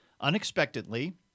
unexpectedly